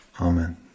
Amen